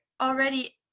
already